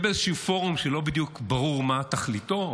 באיזשהו פורום שלא בדיוק ברור מה תכליתו.